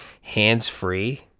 hands-free